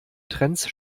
trends